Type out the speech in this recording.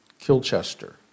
Kilchester